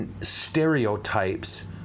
stereotypes